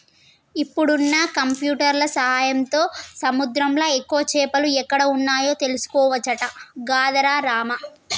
ఇప్పుడున్న కంప్యూటర్ల సాయంతో సముద్రంలా ఎక్కువ చేపలు ఎక్కడ వున్నాయో తెలుసుకోవచ్చట గదరా రామా